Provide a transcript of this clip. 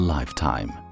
Lifetime